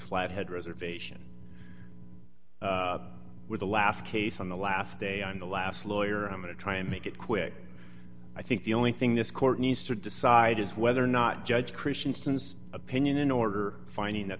flathead reservation with the last case on the last day on the last lawyer and i'm going to try and make it quick i think the only thing this court needs to decide is whether or not judge christiansen's opinion in order finding that